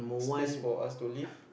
space for us to live